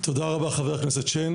גם חברת הכנסת אורית,